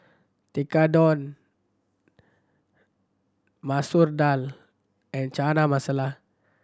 Tekkadon Masoor Dal and Chana Masala